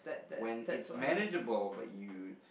when it's manageable but you